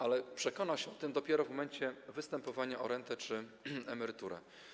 Ale przekona się o tym dopiero w momencie występowania o rentę czy emeryturę.